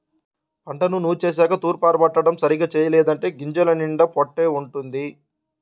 పంటను నూర్చేశాక తూర్పారబట్టడం సరిగ్గా చెయ్యలేదంటే గింజల నిండా పొట్టే వుంటది